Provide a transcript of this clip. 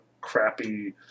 crappy